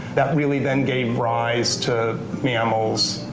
that really then gave rise to mammals,